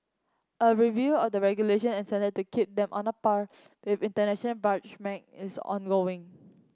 a review of the regulation and standard to keep them on a par with international is ongoing